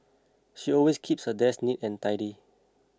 she always keeps her desk neat and tidy